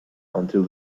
until